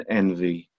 envy